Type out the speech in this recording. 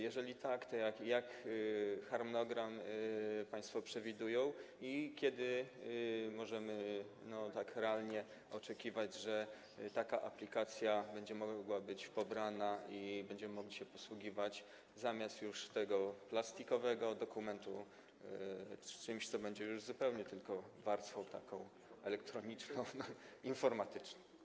Jeżeli tak, to jaki harmonogram państwo przewidują i kiedy możemy tak realnie oczekiwać, że taka aplikacja będzie mogła być pobrana i będziemy mogli się posługiwać, zamiast tego plastikowego dokumentu, czymś, co będzie już tylko warstwą elektroniczną, informatyczną zupełnie.